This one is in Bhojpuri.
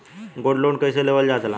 गोल्ड लोन कईसे लेवल जा ला?